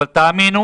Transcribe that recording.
אבל תאמינו.